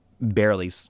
barely